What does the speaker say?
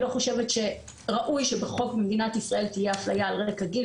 אני לא חושבת שראוי שבחוק במדינת ישראל תהיה אפליה על רקע גיל.